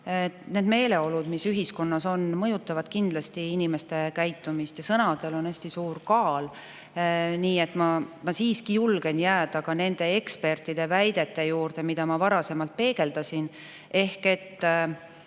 Need meeleolud, mis ühiskonnas on, mõjutavad kindlasti inimeste käitumist. Ja sõnadel on hästi suur kaal. Ma siiski julgen jääda nende ekspertide väidete juurde, mida ma varasemalt peegeldasin, ehk et